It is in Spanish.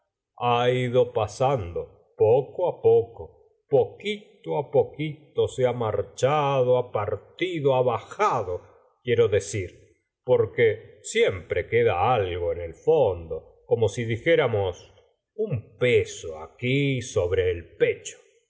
ha ido pasando poco poco poquito á poquito se ha marchado ha partido ha bajado quiero decir porque siempre queda algo en el fondo como si dijéramos un peso aquí sobre el pecho